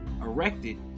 erected